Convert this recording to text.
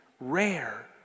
rare